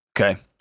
okay